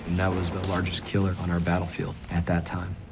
that was the largest killer on our battlefield at that time.